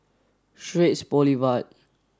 Straits Boulevard